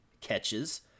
catches